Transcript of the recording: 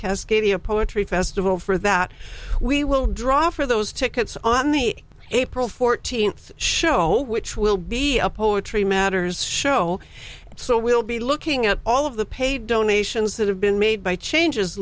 cascadia poetry festival for that we will draw for those tickets on the april fourteenth show which will be a poetry matters show so we'll be looking at all of the paid donations that have been made by changes